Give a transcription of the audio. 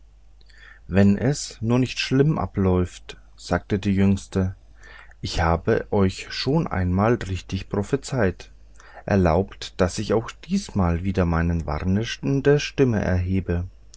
wenn es nur nicht schlimm abläuft sagte die jüngste ich habe euch schon einmal richtig prophezeit erlaubt daß ich auch diesmal wieder meine warnende stimme erhebe